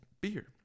beer